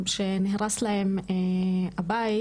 שנהרס להן הבית,